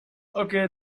okay